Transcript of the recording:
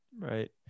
right